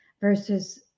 versus